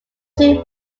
two